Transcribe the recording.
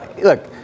look